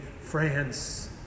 France